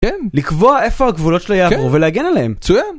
כן. לקבוע איפה הגבולות שלו יעברו ולהגן עליהן. מצוין.